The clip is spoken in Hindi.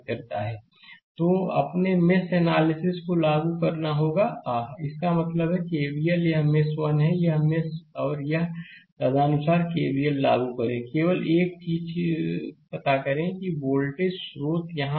स्लाइड समय देखें 0753 तो अपने मेष एनालिसिस को लागू करना होगा आह इसका मतलब है KVL यह मेष 1 है यह एक और मेष है और तदनुसार केवीएल लागू करें केवल एक चीज पता करें कि 1 वोल्टेज स्रोत यहां है